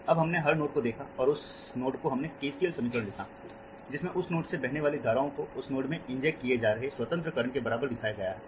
अब हमने हर नोड को देखा और उस नोड को हमने KCL समीकरण लिखा जिसमें उस नोड से बहने वाली धाराओं को उस नोड में इंजेक्ट किए जा रहे स्वतंत्र करंट के बराबर दिखाया गया था